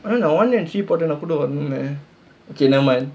I don't know one and three போட்டேனா கூட:pottaenaa kooda okay never mind